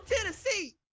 Tennessee